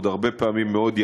ועוד הרבה פעמים מאוד,